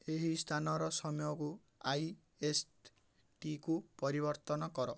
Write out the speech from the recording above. ଏହି ସ୍ଥାନର ସମୟକୁ ଆଇଏସ୍ଟିକୁ ପରିବର୍ତ୍ତନ କର